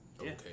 Okay